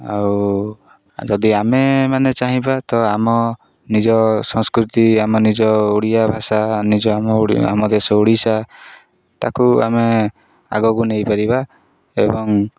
ଆଉ ଯଦି ଆମେ ମାନେ ଚାହିଁବା ତ ଆମ ନିଜ ସଂସ୍କୃତି ଆମ ନିଜ ଓଡ଼ିଆ ଭାଷା ନିଜ ଆମ ଆମ ଦେଶ ଓଡ଼ିଶା ତାକୁ ଆମେ ଆଗକୁ ନେଇପାରିବା ଏବଂ